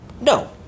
No